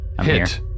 Hit